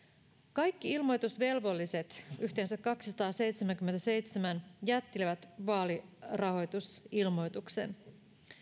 kaikki ilmoitusvelvolliset yhteensä kaksisataaseitsemänkymmentäseitsemän jättivät vaalirahoitusilmoituksen